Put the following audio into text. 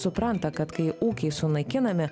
supranta kad kai ūkiai sunaikinami